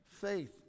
faith